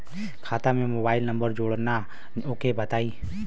खाता में mobile number जोड़ना ओके बताई?